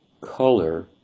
color